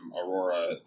Aurora